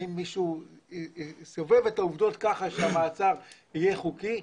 האם מישהו סובב את העובדות כך שהמעצר יהיה חוקי.